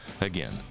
Again